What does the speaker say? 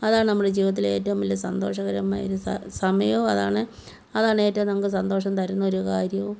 അതാണ് നമ്മുടെ ജീവിതത്തിലെ ഏറ്റവും വലിയ സന്തോഷകരമായൊരു സമയവും അതാണ് അതാണ് ഏറ്റവും ഞങ്ങൾക്ക് സന്തോഷം തരുന്ന ഒരു കാര്യവും